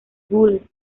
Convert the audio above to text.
gules